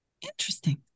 interesting